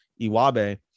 Iwabe